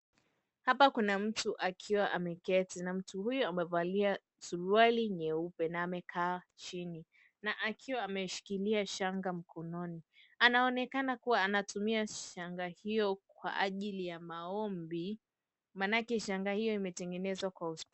Hapa kuna mtu akiwa ameketi na mtu huyo amevalia suruali nyeupe na amekaa chini na akiwa ameshikilia shangaa mkononi. Anaonekana kuwa anatumia shanga hiyo kwa ajili ya maombi, maanake shanga hiyo imetengenezwa kwa ustadi.